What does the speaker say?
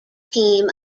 team